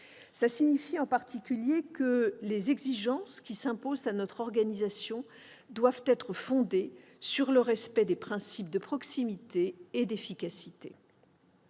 Cela signifie en particulier que les exigences qui s'imposent à notre organisation doivent être fondées sur le respect des principes de proximité et d'efficacité.